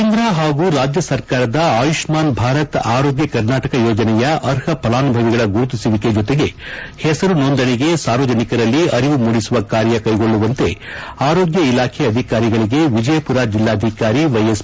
ಕೇಂದ್ರ ಹಾಗೂ ರಾಜ್ಯ ಸರ್ಕಾರದ ಆಯುಷ್ಮಾನ್ ಭಾರತ್ ಆರೋಗ್ಯ ಕರ್ನಾಟಕ ಯೋಜನೆಯ ಅರ್ಹ ಫಲಾನುಭವಿಗಳ ಗುರುತಿಸುವಿಕೆ ಜೊತೆಗೆ ಹೆಸರು ನೋಂದಣಿಗೆ ಸಾರ್ವಜನಿಕರಲ್ಲಿ ಅರಿವು ಮೂಡಿಸುವ ಕಾರ್ಯ ಕೈಗೊಳ್ಳುವಂತೆ ಆರೋಗ್ಡ ಇಲಾಖೆ ಅಧಿಕಾರಿಗಳಿಗೆ ವಿಜಯಪುರ ಜಿಲ್ಲಾಧಿಕಾರಿ ವ್ಯೆಎಸ್